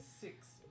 six